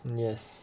yes